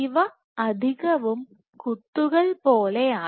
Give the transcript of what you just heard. ഇവ അധികവും കുത്തുകൾ പോലെയാണ്